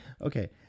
Okay